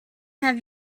have